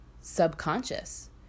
subconscious